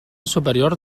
superior